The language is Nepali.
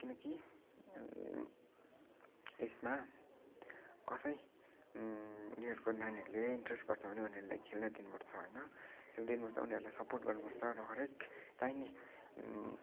किनकि यसमा कसै उनीहरू को नानीहरूले इन्ट्रेस्ट गर्छ भने उनीहरूलाई खेल्न दिनु पर्छ होइन खेल्न दिनु पर्छ उनीहरूलाई सपोर्ट गर्नु पर्छ र हरेक चाहिने